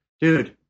Dude